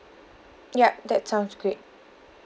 yup that sounds great